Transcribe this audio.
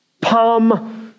palm